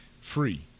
free